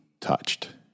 touched